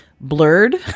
blurred